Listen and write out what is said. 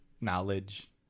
knowledge